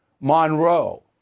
Monroe